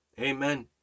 amen